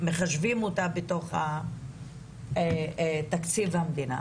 מחשבים את זה בתוך תקציב המדינה.